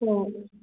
ꯑꯣ